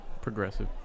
Progressive